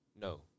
No